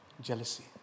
jealousy